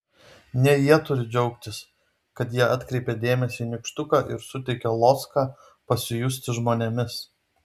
ne jie turi džiaugtis kad jie atkreipia dėmesį į nykštuką ir suteikia loską pasijusti žmonėmis